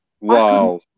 wow